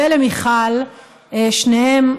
ולמיכל לשניהם,